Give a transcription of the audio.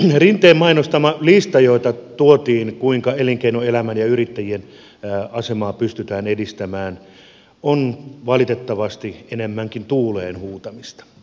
rinteen mainostama lista asioista joita tuotiin kuinka elinkeinoelämän ja yrittäjien asemaa pystytään edistämään on valitettavasti enemmänkin tuuleen huutamista